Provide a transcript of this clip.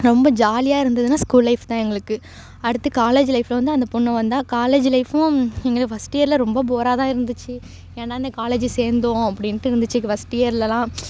ரொம்ப ஜாலியாக இருந்ததுன்னா ஸ்கூல் லைஃப் தான் எங்களுக்கு அடுத்து காலேஜி லைஃப்பில் வந்து அந்த பொண்ணு வந்தாள் காலேஜு லைஃபும் எங்கள் ஃபஸ்ட் இயரில் ரொம்ப போராக தான் இருந்துச்சு ஏன்டா இந்த காலேஜு சேர்ந்தோம் அப்படின்ட்டு இருந்துச்சு ஃபஸ்ட் இயர்லலாம்